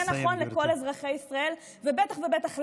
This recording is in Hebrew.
וזה נכון לכל אזרחי ישראל, ובטח ובטח לנו.